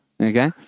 Okay